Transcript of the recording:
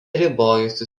ribojasi